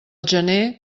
gener